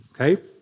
Okay